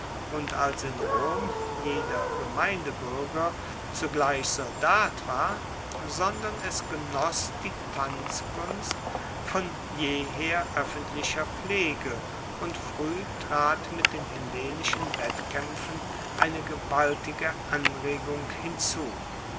und als in rom jeder gemeindebuerger zugleich soldat war sondern es genoss die tanzkunst von jeher oeffentlicher pflege und frueh trat mit den hellenischen wettkaempfen eine gewaltige anregung hinzu